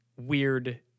weird